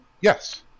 Yes